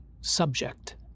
subject